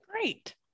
Great